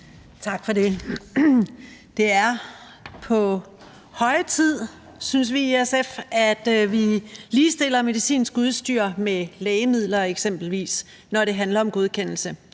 Tak for det. Det er på høje tid, synes vi i SF, at vi ligestiller medicinsk udstyr med lægemidler eksempelvis, når det handler om godkendelse.